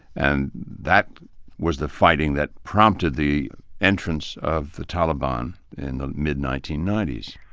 and that was the fighting that prompted the entrance of the taliban in the mid nineteen ninety s.